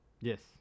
Yes